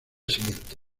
siguiente